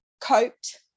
coped